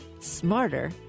smarter